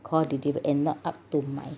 call deliver and not up to my